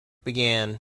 began